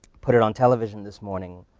put it on television this morning,